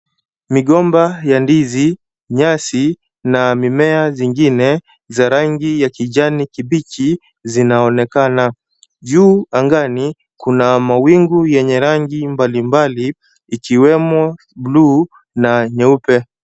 Migomba ya ndizi, nyasi na mimea zingine za rangi ya kijani kibichi zinaonekana. Juu angani kuna mawingu yenye rangi mbalimbali ikiwemo bluu na nyeupe.